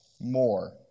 more